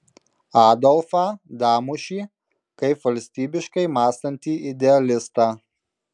adolfą damušį kaip valstybiškai mąstantį idealistą